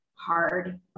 hard